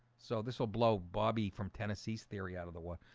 so this will blow bobby from tennessee's theory out of the water